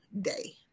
day